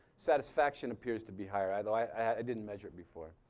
satisfaction appears to be higher although i didn't measure it before.